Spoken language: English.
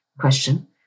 question